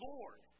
Lord